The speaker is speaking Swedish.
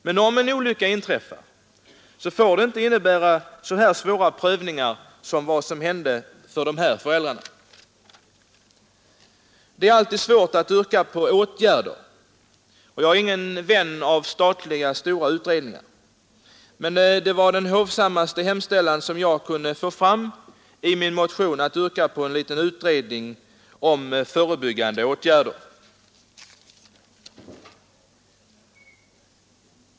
Men om olyckan inträffar, får det inte innebära så svåra prövningar som för de föräldrar jag här talat om. Det är alltid svårt att föreslå åtgärder i sådana här fall, och jag är ingen vän av stora statliga utredningar, men den mest hovsamma hemställan jag kunde hitta på i min motion var att yrka på en utredning om förebyggande åtgärder.